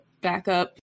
backup